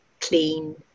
clean